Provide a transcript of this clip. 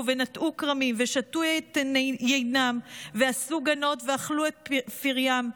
ונטעו כרמים ושתו את יינם ועשו גנות ואכלו את פריהם.